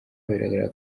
bigaragara